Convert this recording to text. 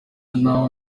naho